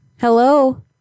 Hello